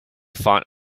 fought